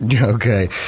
Okay